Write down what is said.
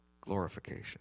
glorification